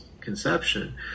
conception